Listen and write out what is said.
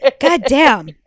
Goddamn